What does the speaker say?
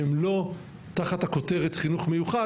שהן לא תחת הכותרת "חינוך מיוחד",